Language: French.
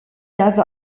caves